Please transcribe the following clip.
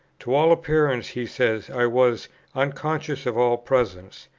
to all appearance, he says, i was unconscious of all presences.